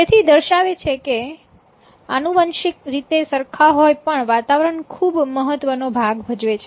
તેથી આ દર્શાવે છે કે આનુવંશિક રીતે સરખા હોય પણ વાતાવરણ ખૂબ મહત્વનો ભાગ ભજવે છે